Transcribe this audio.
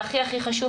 והכי הכי חשוב,